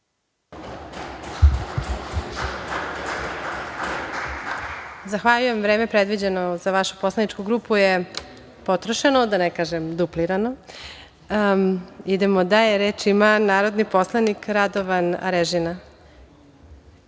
Zahvaljujem. Vreme predviđeno za vašu poslaničku grupu je potrošeno, da ne kažem duplirano. Reč ima narodni poslanik Radovan